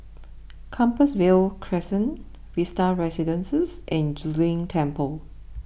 Compassvale Crescent Vista Residences and Zu Lin Temple